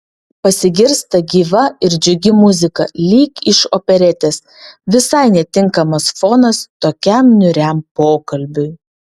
pasigirsta gyva ir džiugi muzika lyg iš operetės visai netinkamas fonas tokiam niūriam pokalbiui